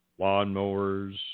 lawnmowers